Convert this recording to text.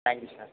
thank you sir